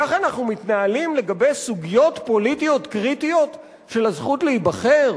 ככה אנחנו מתנהלים לגבי סוגיות פוליטיות קריטיות של הזכות להיבחר?